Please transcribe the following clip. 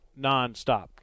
nonstop